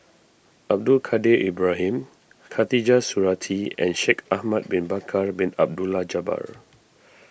Abdul Kadir Ibrahim Khatijah Surattee and Shaikh Ahmad Bin Bakar Bin Abdullah Jabbar